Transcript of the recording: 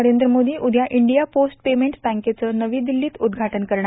नरेंद्र मोदी उद्या India post payments बँकेचं नवी दिल्लीत उद्घाटन करणार